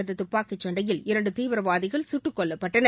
நடந்த துப்பாக்கிச்சண்டையில் இரண்டு தீவிரவாதிகள் சுட்டுக் கொல்லப்பட்டனர்